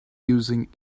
using